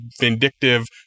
vindictive